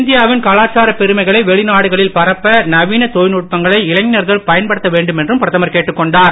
இந்தியாவின் கலாச்சார பெருமைகளை வெளிநாடுகளில் பரப்ப நவீன தொழில்நுட்பங்களை இளைஞர்கள் பயன்படுத்த வேண்டுமென்றும் கேட்டுக்கொண்டார்